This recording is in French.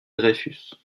dreyfus